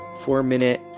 four-minute